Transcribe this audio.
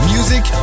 Music